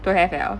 don't have liao